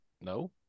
No